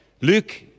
Luke